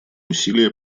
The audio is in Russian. усилия